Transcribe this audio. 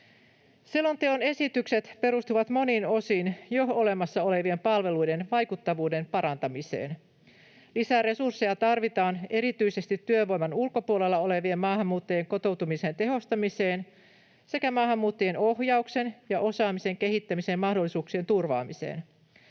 Selonteon esitykset perustuvat monin osin jo olemassa olevien palveluiden vaikuttavuuden parantamiseen. Lisäresursseja tarvitaan erityisesti työvoiman ulkopuolella olevien maahanmuuttajien kotoutumisen tehostamiseen sekä maahanmuuttajien ohjauksen ja osaamisen kehittämisen mahdollisuuksien turvaamiseen.